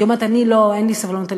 היא אומרת: אני לא, אין לי סבלנות אליכם.